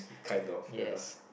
kind of ya